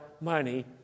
money